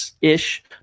ish